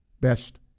best